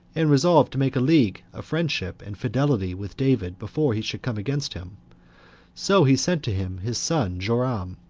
and resolved to make a league of friendship and fidelity with david before he should come against him so he sent to him his son joram,